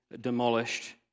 demolished